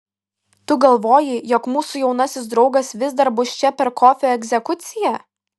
tu galvoji jog mūsų jaunasis draugas vis dar bus čia per kofio egzekuciją